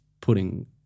pudding